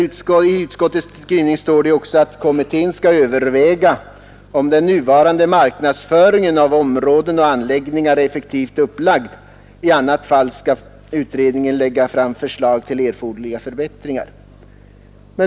Det sägs också i utskottets skrivning att kommittén skall överväga, om den nuvarande marknadsföringen av områden och anläggningar är effektivt upplagd och att den i annat fall skall lägga fram förslag till erforderliga förbättringar.